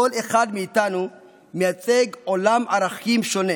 כל אחד מאיתנו מייצג עולם ערכים שונה